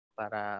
para